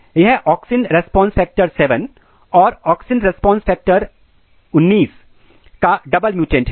यह auxin response factor 7 और auxin response factor 19 का डबल म्युटेंट है